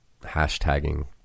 hashtagging